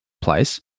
place